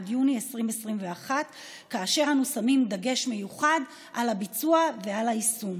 עד יוני 2021. אנו שמים דגש מיוחד על הביצוע ועל היישום.